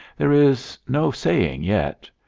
there is no saying yet.